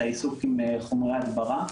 רק את העיסוק עם חומרי הדברה.